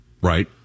Right